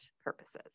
purposes